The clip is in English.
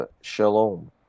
Shalom